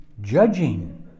judging